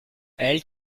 elle